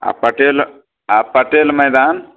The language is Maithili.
आ पटेल आ पटेल मैदान